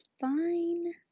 fine